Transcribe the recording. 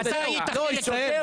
ואני אישית הכנסתי לכלא.